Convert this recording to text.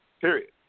period